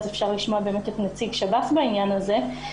אפשר לשמוע את נציג שירות בתי הסוהר בעניין הזה.